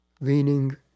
leaning